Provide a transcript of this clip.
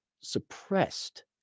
Suppressed